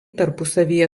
tarpusavyje